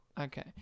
Okay